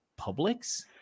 Publix